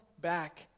back